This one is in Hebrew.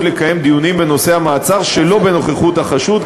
לקיים דיונים בנושא המעצר שלא בנוכחות החשוד,